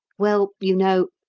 well, you know,